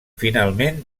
finalment